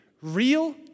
Real